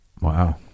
Wow